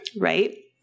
right